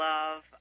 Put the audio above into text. Love